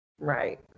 Right